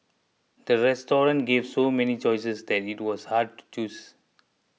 the restaurant gave so many choices that it was hard to choose